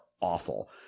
awful